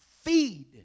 feed